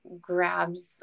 grabs